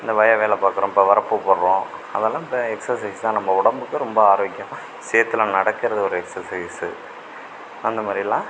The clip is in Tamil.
இந்த வயல் வேலை பார்க்குறோம் இப்போ வரப்பு போடுறோம் அதெலாம் இப்போ எக்ஸசைஸ் தான் நம்ம உடம்புக்கு ரொம்ப ஆரோக்கியமாக சேற்றில நடக்கிறது ஒரு எக்ஸசைஸ்ஸு அந்த மாதிரியெல்லாம்